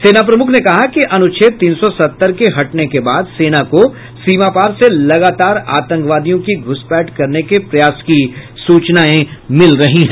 सेना प्रमुख ने कहा कि अनुच्छेद तीन सौ सत्तर के हटने के बाद सेना को सीमापार से लगातार आतंकवादियों की घुसपैठ करने के प्रयास की सूचनाएं मिल रही हैं